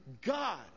God